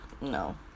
No